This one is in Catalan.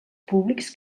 públics